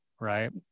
right